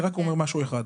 אני רק אומר משהו אחד: